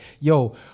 yo